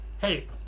Hey